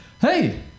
Hey